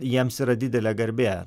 jiems yra didelė garbė